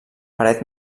paret